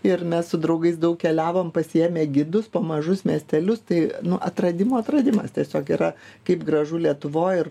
ir mes su draugais daug keliavom pasiėmę gidus po mažus miestelius tai nu atradimų atradimas tiesiog yra kaip gražu lietuvoj ir